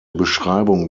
beschreibung